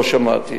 לא שמעתי.